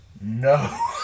No